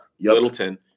Littleton